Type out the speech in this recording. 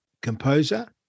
Composer